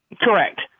Correct